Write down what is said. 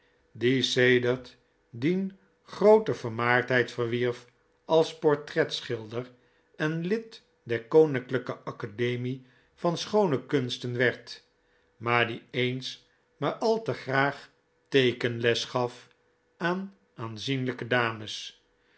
die sedert dien groote vermaardheid verwierf als portretschilder en lid der koninklijke academie van schoone kunsten werd maar die eens maar al te graag teekenles gaf aan aanzienlijke dames